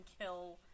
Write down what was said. kill